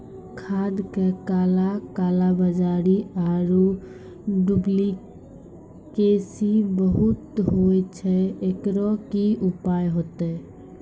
खाद मे काला कालाबाजारी आरु डुप्लीकेसी बहुत होय छैय, एकरो की उपाय होते?